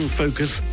focus